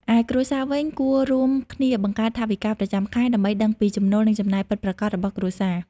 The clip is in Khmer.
ឯគ្រួសារវិញគួររួមគ្នាបង្កើតថវិកាប្រចាំខែ ដើម្បីដឹងពីចំណូល និងចំណាយពិតប្រាកដរបស់គ្រួសារ។